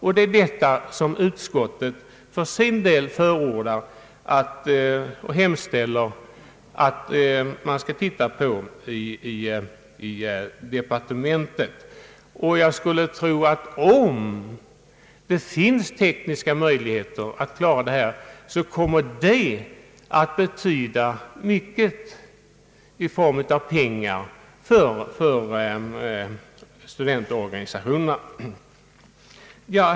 Detta är också vad utskottet för sin del förordar och hemställer att departementet skall undersöka. Om det finns tekniska möjligheter att klara den saken kommer detta troligen att betyda mycket i form av pengar för studentorganisationerna.